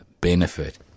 benefit